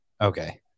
Okay